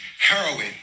Heroin